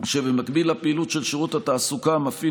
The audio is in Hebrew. שבמקביל לפעילות של שירות התעסוקה מפעיל